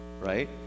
right